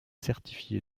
certifié